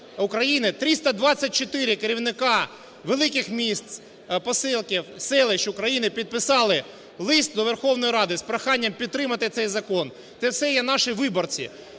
324 керівника великих міст, поселків, селищ України підписали лист до Верховної Ради з проханням підтримати цей закон. Це все є наші виборці.